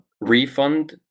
refund